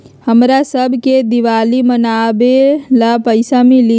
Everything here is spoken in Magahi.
हमरा शव के दिवाली मनावेला पैसा मिली?